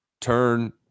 turn